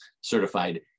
certified